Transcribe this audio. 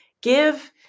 give